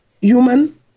human